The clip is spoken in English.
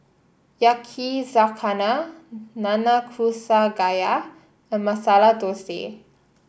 Yakizakana Nanakusa Gayu and Masala Dosa